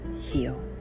heal